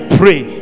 pray